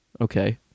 Okay